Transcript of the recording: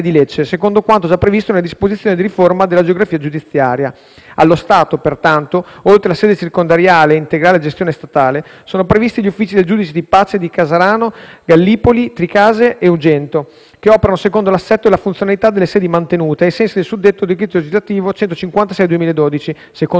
Allo stato, pertanto, oltre la sede circondariale a integrale gestione statale, sono previsti gli uffici del giudice di pace di Casarano, Gallipoli, Tricase e Ugento che operano secondo l'assetto e la funzionalità delle sedi mantenute, ai sensi del suddetto decreto legislativo n. 156 del 2012, secondo cui le spese di erogazione del servizio giudiziario, ivi incluse quelle inerenti al